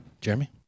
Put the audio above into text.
Jeremy